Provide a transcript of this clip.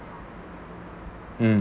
um